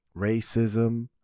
racism